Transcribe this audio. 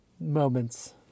moments